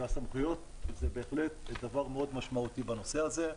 והסמכויות הן בהחלט דבר מאוד משמעותי בנושא הזה.